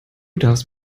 darfst